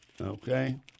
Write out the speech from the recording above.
okay